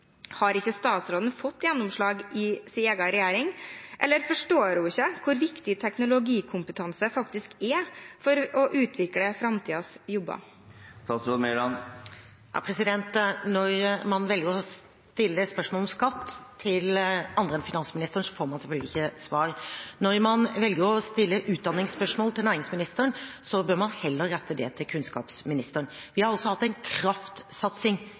Har ikke statsråden fått gjennomslag i sin egen regjering, eller forstår hun ikke hvor viktig teknologikompetanse er for å utvikle framtidens jobber? Når man velger å stille spørsmål om skatt til andre enn finansministeren, får man selvfølgelig ikke svar. Når man velger å stille utdanningsspørsmål til næringsministeren, bør man heller rette det til kunnskapsministeren. Vi har hatt en kraftsatsing